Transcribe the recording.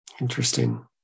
Interesting